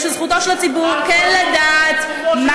בושה וחרפה.